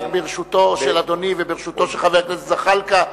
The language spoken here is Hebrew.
ברשות אדוני וברשות חבר הכנסת זחאלקה,